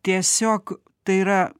tiesiog tai yra